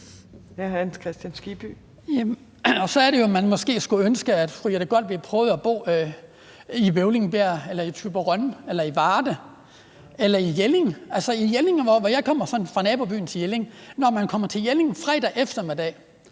Så er det jo, man måske skulle ønske, at fru Jette Gottlieb prøvede at bo i Bøvlingbjerg eller i Thyborøn eller i Varde eller i Jelling. Jeg kommer fra nabobyen til Jelling, og når man kommer til Jelling fredag eftermiddag,